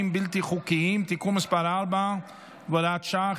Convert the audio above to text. בלתי חוקיים (תיקון מס' 4 והוראת שעה,